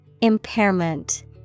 Impairment